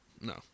no